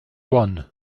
one